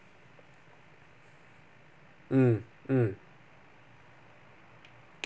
mm mm